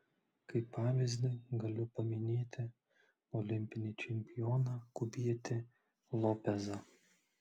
kaip pavyzdį galiu paminėti olimpinį čempioną kubietį lopezą